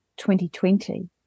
2020